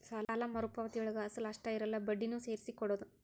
ಸಾಲ ಮರುಪಾವತಿಯೊಳಗ ಅಸಲ ಅಷ್ಟ ಇರಲ್ಲ ಬಡ್ಡಿನೂ ಸೇರ್ಸಿ ಕೊಡೋದ್